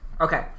Okay